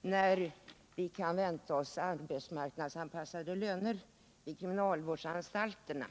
när vi kan vänta oss arbetsmarknadsanpassade löner vid kriminalvårdsanstalterna.